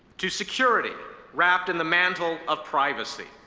to security wrapped in the mantle of privacy,